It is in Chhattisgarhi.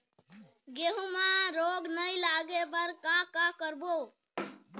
गेहूं म रोग नई लागे बर का का करबो?